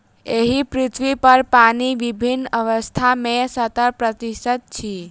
एहि पृथ्वीपर पानि विभिन्न अवस्था मे सत्तर प्रतिशत अछि